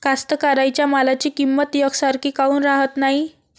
कास्तकाराइच्या मालाची किंमत यकसारखी काऊन राहत नाई?